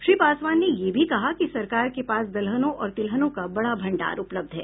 श्री पासवान ने यह भी कहा कि सरकार के पास दलहनों और तिलहनों का बड़ा भंडार उपलब्ध है